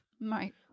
Right